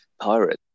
Pirate